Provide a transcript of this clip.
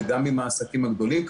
וגם עם העסקים הגדולים,